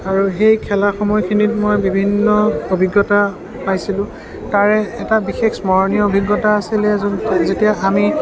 আৰু সেই খেলা সময়খিনিত মই বিভিন্ন অভিজ্ঞতা পাইছিলোঁ তাৰে এটা বিশেষ স্মৰণীয় অভিজ্ঞতা আছিলে যে যেতিয়া আমি